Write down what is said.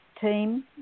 team